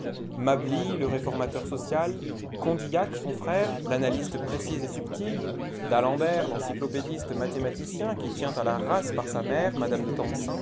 mably le réformateur social condillac son frère l'analyste précis et subtil d'alembert l'encyclopé diste mathématicien qui tient à la race par sa mère m de